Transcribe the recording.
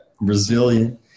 Brazilian